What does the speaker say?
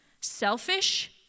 selfish